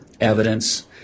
evidence